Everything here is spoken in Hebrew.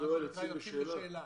יוצאים בשאלה.